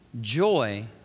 joy